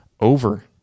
over